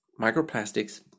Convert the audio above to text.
microplastics